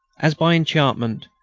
as by enchantment,